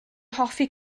hoffi